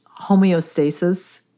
homeostasis